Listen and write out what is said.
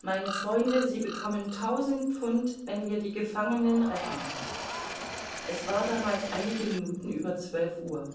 meine freunde sie bekommen tausend pfund wenn wir die gefangenen retten es war damals einige minuten über zwölf uhr